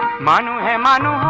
mano a mano